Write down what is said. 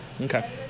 Okay